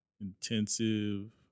intensive